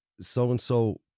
so-and-so